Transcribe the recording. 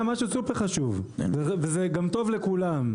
וזה גם טוב לכולם.